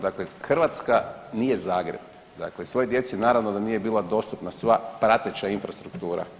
Dakle, Hrvatska nije Zagreb, dakle svoj djeci naravno da nije bila dostupna sva prateća infrastruktura.